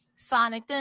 sonic